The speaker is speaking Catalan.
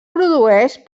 produeix